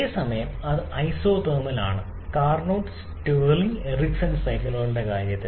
അതേസമയം അത് ഐസോതെർമൽ ആണ് കാർനോട്ട് സ്റ്റിർലിംഗ് എറിക്സൺ സൈക്കിളുകളുടെ കാര്യത്തിൽ